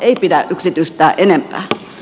ei pidä yksityistää enempää